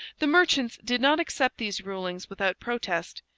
the merchants did not accept these rulings without protest.